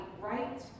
right